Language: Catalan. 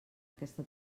aquesta